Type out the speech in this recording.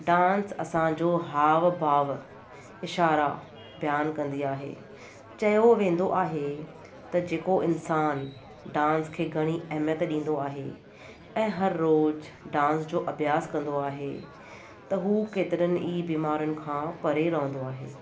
dance असांजो हाव भाव इशारा बयानु कंदी आहे चयो वेंदो आहे त जेको इंसान डांस खे घणी अहमियत डींदो आहे ऐं हर रोज़ डांस जो अभ्यासु कंदो आहे त हू केतिरनि ई बीमारुनि खां परे रहंदो आहे